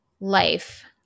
life